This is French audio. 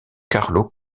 carlo